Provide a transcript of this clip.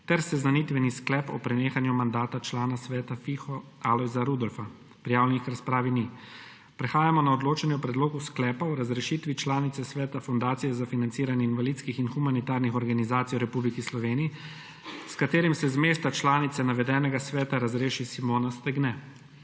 ter seznanitveni sklep o prenehanju mandata člana Sveta FIHO Alojza Rudolfa. Prijavljenih k razpravi ni. Prehajamo na odločanje o Predlogu sklepa o razrešitvi članice Sveta Fundacije za financiranje invalidskih in humanitarnih organizacij v Republiki Sloveniji, s katerim se z mesta članice navedenega sveta razreši Simona Stegne.